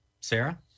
Sarah